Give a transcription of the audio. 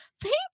thank